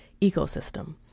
ecosystem